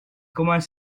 commence